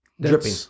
dripping